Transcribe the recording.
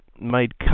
made